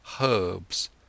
herbs